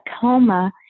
coma